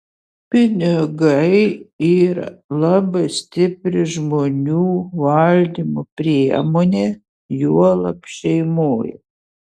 pinigai yra labai stipri žmonių valdymo priemonė juolab šeimoje